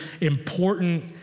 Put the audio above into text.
important